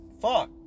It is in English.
fuck